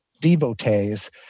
devotees